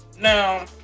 Now